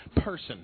person